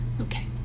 Okay